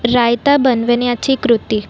रायता बनवण्याची कृती